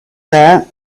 that